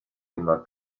una